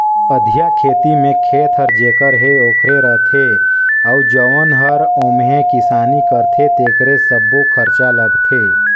अधिया खेती में खेत हर जेखर हे ओखरे रथे अउ जउन हर ओम्हे किसानी करथे तेकरे सब्बो खरचा लगथे